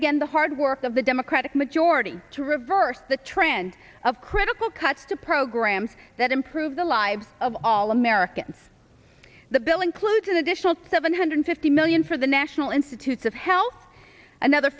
again the hard work of the democratic majority to reverse the trend of critical cuts to programs that improve the lives of all americans the bill includes an additional seven hundred fifty million for the national institutes of health another